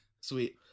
Sweet